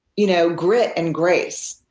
you know grit and grace.